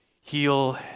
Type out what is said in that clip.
heal